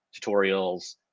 tutorials